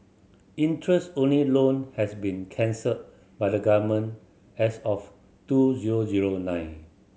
interest only loan have been cancelled by the Government as of two zero zero nine